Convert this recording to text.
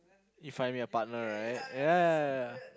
If I meet a partner right ya ya ya ya